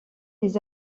des